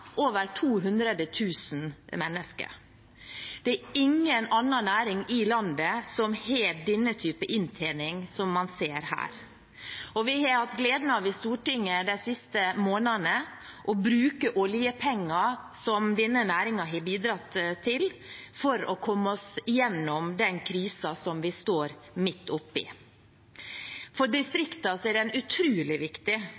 er ingen annen næring i landet som har den type inntjening man ser her. I Stortinget de siste månedene har vi hatt gleden av å bruke oljepenger, som denne næringen har bidratt til, for å komme oss gjennom den krisen som vi står midt oppe i. For distriktene er næringen utrolig viktig.